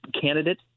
candidate